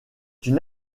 une